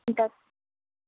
ఉంటాం